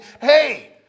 Hey